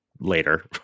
later